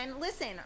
listen